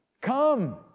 Come